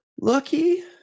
Lucky